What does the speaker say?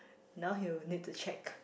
now he'll need to check